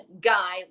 guy